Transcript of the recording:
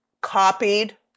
copied